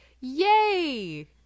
Yay